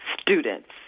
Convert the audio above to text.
students